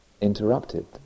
interrupted